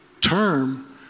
term